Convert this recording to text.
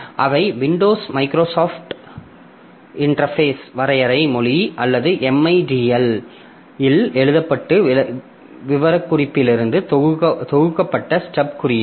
எனவே விண்டோஸில் Microsoft interface வரையறை மொழி அல்லது MIDL இல் எழுதப்பட்ட விவரக்குறிப்பிலிருந்து தொகுக்கப்பட்ட ஸ்டப் குறியீடு